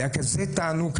זה היה כזה תענוג,